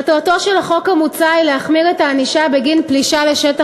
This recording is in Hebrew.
מטרתו של החוק המוצע היא להחמיר את הענישה בגין פלישה לשטח